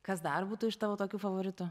kas dar būtų iš tavo tokių favoritų